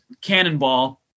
cannonball